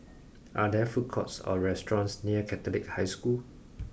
are there food courts or restaurants near Catholic High School